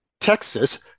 Texas